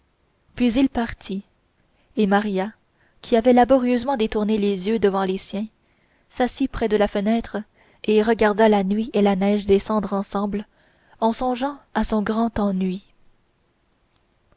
puis il partit et maria qui avait laborieusement détourné les yeux devant les siens s'assit près de la fenêtre et regarda la nuit et la neige descendre ensemble en songeant à son grand ennui